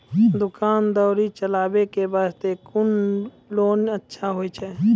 दुकान दौरी चलाबे के बास्ते कुन लोन अच्छा होय छै?